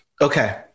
Okay